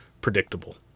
predictable